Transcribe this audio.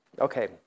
Okay